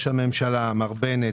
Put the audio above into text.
לראש הממשלה מר בנט,